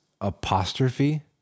apostrophe